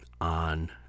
On